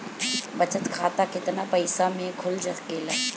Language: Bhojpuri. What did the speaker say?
बचत खाता केतना पइसा मे खुल सकेला?